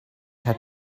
had